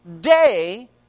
day